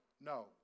No